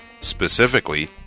Specifically